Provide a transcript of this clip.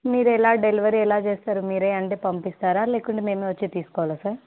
మీరు ఎలా డెలివరీ ఎలా చేస్తారు మీరే అంటే పంపిస్తారా లేకుంటే మేమే వచ్చి తీసుకోవాలా సార్